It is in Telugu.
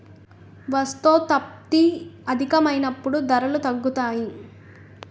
వస్తోత్పత్తి అధికమైనప్పుడు ధరలు తగ్గుతాయి